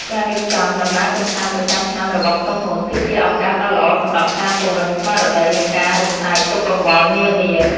ការរៀបចំដំណើរកម្សាន្តប្រចាំឆ្នាំរបស់ក្រុមហ៊ុន គឺជាឱកាសដ៏ល្អសម្រាប់ការពង្រឹងស្មារតីនិងការរំសាយទុក្ខកង្វល់នានា។